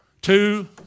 Two